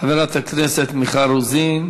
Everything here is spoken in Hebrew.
פעם ראשונה